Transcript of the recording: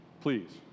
please